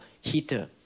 heater